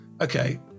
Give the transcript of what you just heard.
okay